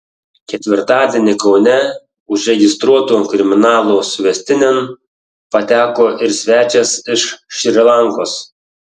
ketvirtadienį kaune užregistruotų kriminalų suvestinėn pateko ir svečias iš šri lankos